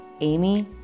Amy